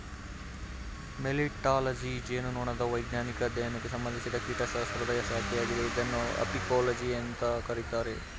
melittology ಜೇನುನೊಣದ ವೈಜ್ಞಾನಿಕ ಅಧ್ಯಯನಕ್ಕೆ ಸಂಬಂಧಿಸಿದ ಕೀಟಶಾಸ್ತ್ರದ ಶಾಖೆಯಾಗಿದೆ ಇದನ್ನು ಅಪಿಕೋಲಜಿ ಅಂತ ಕರೀತಾರೆ